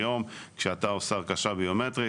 היום כשאתה עושה הרכשה ביומטרית,